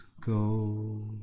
go